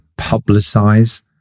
publicize